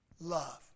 love